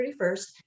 31st